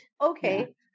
Okay